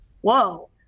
whoa